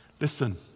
Listen